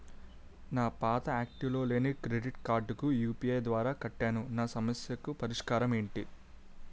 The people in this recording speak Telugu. నా పాత యాక్టివ్ లో లేని క్రెడిట్ కార్డుకు యు.పి.ఐ ద్వారా కట్టాను నా సమస్యకు పరిష్కారం ఎంటి?